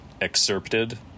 excerpted